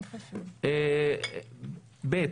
ג',